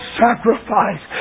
sacrifice